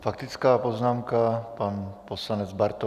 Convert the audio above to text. Faktická poznámka, pan poslanec Bartoň.